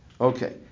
Okay